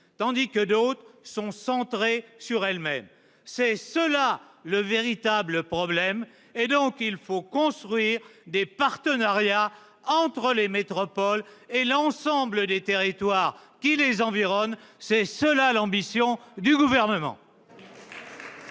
tandis que d'autres sont centrées sur elles-mêmes. C'est cela, le véritable problème ! Il faut donc construire des partenariats entre les métropoles et l'ensemble des territoires qui les environnent. C'est cela, l'ambition du Gouvernement